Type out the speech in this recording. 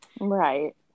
Right